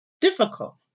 difficult